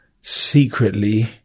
Secretly